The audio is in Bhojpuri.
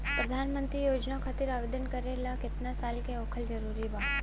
प्रधानमंत्री योजना खातिर आवेदन करे ला केतना साल क होखल जरूरी बा?